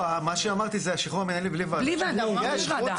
מה שאמרתי זה השחרור המנהלי בלי ועדת שחרורים.